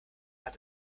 hat